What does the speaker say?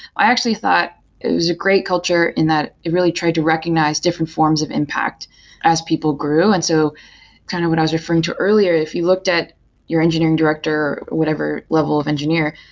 i actually thought it was a great culture in that it really tried to recogn ize different forms of impact as people grew, and so kind of what i was referring to earlier if you looked at your engineering director, or whatever level of engineer,